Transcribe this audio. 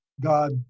God